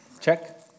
Check